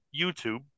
youtube